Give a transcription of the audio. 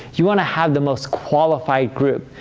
you want to have the most qualified group.